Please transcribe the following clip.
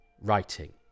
writing